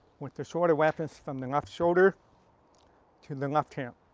with the shorter weapon, it's from the left shoulder to the left hip.